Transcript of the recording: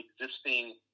existing